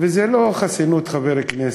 וזה לא חסינות, חבר כנסת.